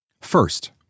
First